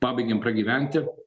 pabaigėm pragyventi